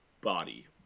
body